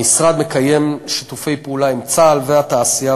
המשרד מקיים שיתופי פעולה עם צה"ל והתעשייה,